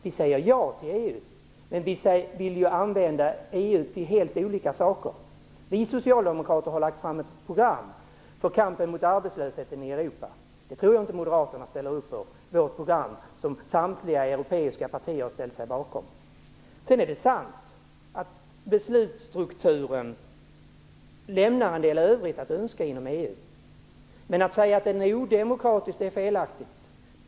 Vi säger ja till EU, men vi vill använda EU till helt olika saker. Vi socialdemokrater har lagt fram ett program för kampen mot arbetslösheten i Europa. Jag tror inte att Moderaterna ställer upp på det program som samtliga europeiska socialdemokratiska partier har ställt sig bakom. Sedan är det sant att beslutsstrukturen inom EU lämnar en del övrigt att önska, men att säga att den är odemokratisk är felaktigt.